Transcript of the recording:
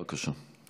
בבקשה.